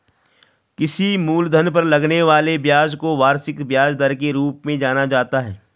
किसी मूलधन पर लगने वाले ब्याज को वार्षिक ब्याज दर के रूप में जाना जाता है